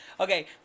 Okay